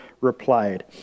replied